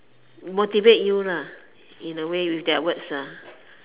motivate you lah in a way with their words ah